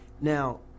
Now